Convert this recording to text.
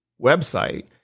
website